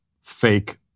fake